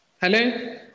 Hello